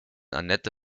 annette